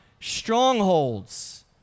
strongholds